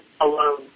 alone